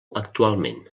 actualment